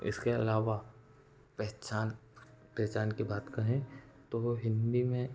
इसके अलावा पहचान पहचान की बात करें तो हिन्दी में